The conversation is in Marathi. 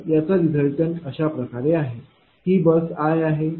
तर याचा रीज़ल्टन्ट अशाप्रकारे आहे ही बस i आहे